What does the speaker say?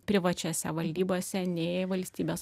privačiose valdybose nei valstybės